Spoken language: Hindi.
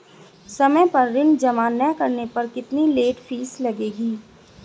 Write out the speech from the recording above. समय पर ऋण जमा न करने पर कितनी लेट फीस लगेगी?